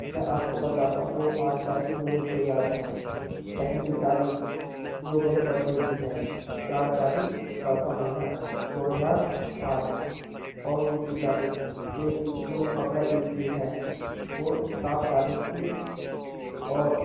میں آپ کو بتاتا ہوں وہ پانچ تاریخ جو مجھ کو یاد ہیں پہلی تاریخ جو میرے برتھ ڈے کی ہے چار تاریخ چوتھا مہینہ دو ہزار پانچ اور دوسری تاریخ ایک دن جو بقر عید کی ہے وہ سات تاریخ تھی اور